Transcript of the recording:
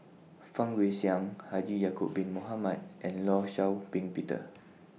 Fang Guixiang Haji Ya'Acob Bin Mohamed and law Shau Ping Peter